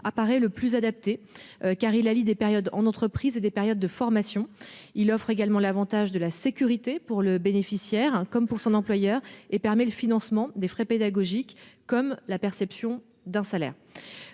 apparaît le plus adapté, car il allie périodes en entreprise et périodes en formation. Il offre également l'avantage de la sécurité, pour le bénéficiaire comme pour son employeur, et permet le financement des frais pédagogiques comme la perception d'un salaire.